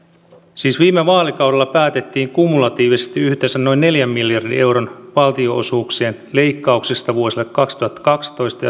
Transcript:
siis viime vaalikaudella päätettiin kumulatiivisesti yhteensä noin neljän miljardin euron valtionosuuksien leikkauksista vuosille kaksituhattakaksitoista